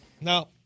Now